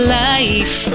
life